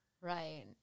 Right